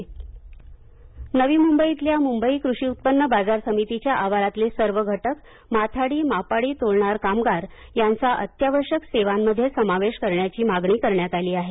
माथाडी कामगार नवी मंबई नवी मुंबईतल्या मुंबई कृषी उत्पन्न बाजार समितीच्या आवारातले सर्व घटक माथाडी मापाडी तोलणार कामगार यांचा अत्यावश्यक सेवांमध्ये समावेश करण्याची मागणी करण्यात आली आहे